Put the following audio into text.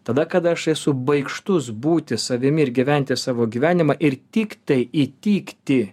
tada kada aš esu baikštus būti savimi ir gyventi savo gyvenimą ir tiktai įtikti